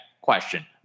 question